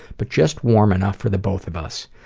but just warm enough for the both of us.